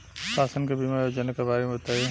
शासन के बीमा योजना के बारे में बताईं?